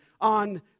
on